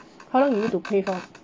how long you need to pay for